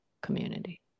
community